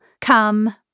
Come